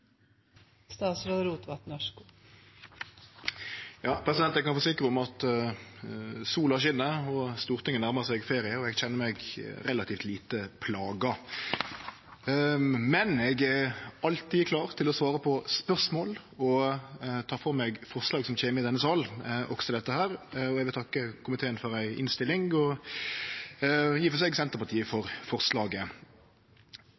Eg kan forsikre om at sola skin, og Stortinget nærmar seg ferie, og eg kjenner meg relativt lite plaga. Men eg er alltid klar til å svare på spørsmål og ta for meg forslag som kjem i denne salen, også dette, og eg vil takke komiteen for innstillinga og i og for seg Senterpartiet for